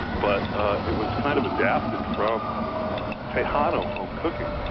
but it was kind of adapted from tejano home cooking.